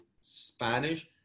Spanish